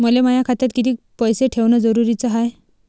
मले माया खात्यात कितीक पैसे ठेवण जरुरीच हाय?